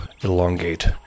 elongate